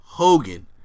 Hogan